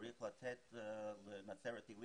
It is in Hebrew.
צריך לתת לנוף הגליל